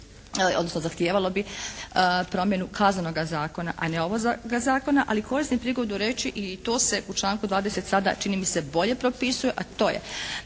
odnosno zahtijevalo bi promjenu Kaznenoga zakona a ne ovoga zakona ali koristim prigodu reći i to se u članku 20. sada čini mi se bolje propisuje a to je